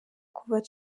kuva